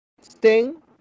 Sting